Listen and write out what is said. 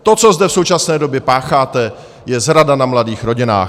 To, co zde v současné době pácháte, je zrada na mladých rodinách.